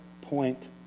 point